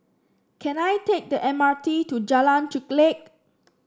can I take the M R T to Jalan Chulek